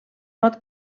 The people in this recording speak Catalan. pot